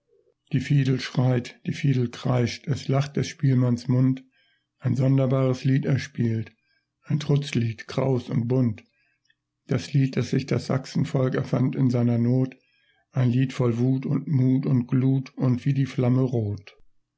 die fiedel schreit die fiedel kreischt es lacht des spielmanns mund ein sonderbares lied er spielt ein trutzlied kraus und bunt das lied das sich das sachsenvolk erfand in seiner not ein lied voll wut und mut und glut und wie die flamme rot